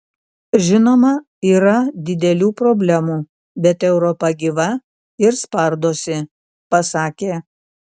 žinoma yra didelių problemų bet europa gyva ir spardosi pasakė